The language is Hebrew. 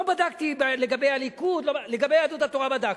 לא בדקתי לגבי הליכוד, לגבי יהדות התורה בדקתי.